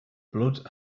blood